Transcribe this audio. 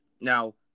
Now